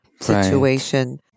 situation